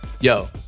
yo